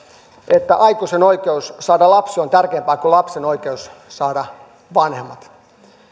että aikuisen oikeus saada lapsi on tärkeämpi kuin lapsen oikeus saada vanhemmat